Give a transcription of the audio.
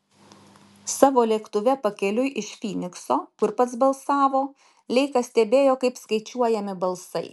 savo lėktuve pakeliui iš fynikso kur pats balsavo leikas stebėjo kaip skaičiuojami balsai